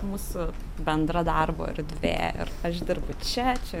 mūsų bendra darbo erdvė ir aš dirbu čia čia